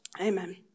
Amen